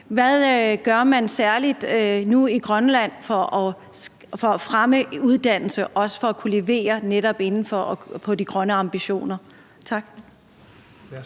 Hvad gør man nu i Grønland for særligt at fremme uddannelse og for at kunne levere netop på de grønne ambitioner?